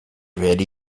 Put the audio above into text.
werde